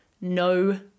No